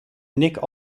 nick